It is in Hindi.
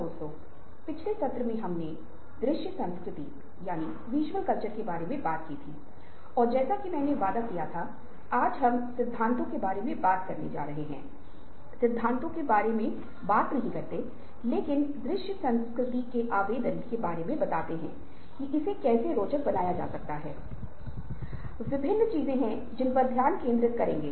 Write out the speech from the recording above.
दोस्तों आज हम रचनात्मकता के बारे में बात करेंगे और इस संदर्भ मे रचनात्मकता क्या है के बारे मे बात करेंगे और यह समझाने के लिए कि हम रचनात्मक व्यक्तियों की विशेषताओं के बारे में भी बताएंगे और अंत में रचनात्मक प्रक्रिया के बारे में भी चर्चा करेंगे